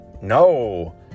no